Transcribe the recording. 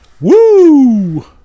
Woo